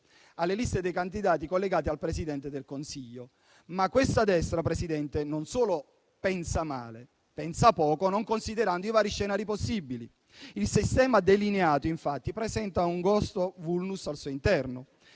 alle liste dei candidati collegati al Presidente del Consiglio. Questa destra, però, Presidente, non solo pensa male, ma pensa anche poco non considerando i vari scenari possibili. Il sistema delineato, infatti, presenta un grosso *vulnus* al suo interno.